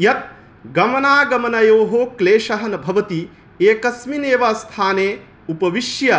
यत् गमनागमनयोः क्लेशः न भवति एकस्मिन्नेव स्थाने उपविश्य